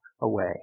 away